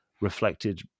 reflected